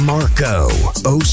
Marco